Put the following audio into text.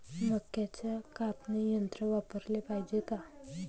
मक्क्याचं कापनी यंत्र वापराले पायजे का?